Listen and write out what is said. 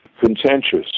contentious